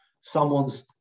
someone's